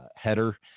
header